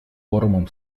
форумом